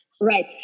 right